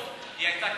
בעתיקות הייתה קיימת,